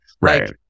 Right